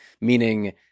meaning